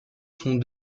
sont